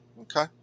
Okay